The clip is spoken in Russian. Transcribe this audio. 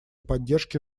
поддержки